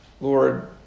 Lord